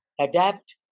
adapt